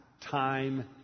time